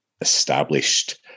established